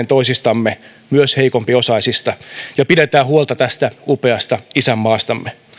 toisistamme myös heikompiosaisista ja pidetään huolta tästä upeasta isänmaastamme